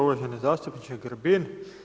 Uvaženi zastupniče Grbin.